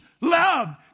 love